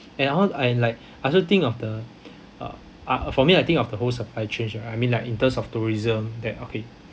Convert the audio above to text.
and I al~ I like I also think of the uh uh for me I think of the whole supply chain like I mean like in terms of tourism that okay